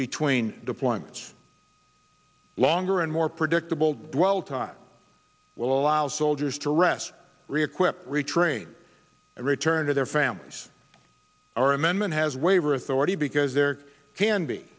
between deployments longer and more predictable dwell time will allow soldiers to rest reequip retrain return to their families our amendment has waiver authority because there can be